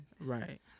Right